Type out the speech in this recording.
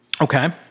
Okay